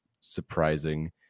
surprising